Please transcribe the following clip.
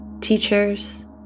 teachers